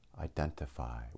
identify